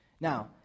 Now